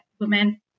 women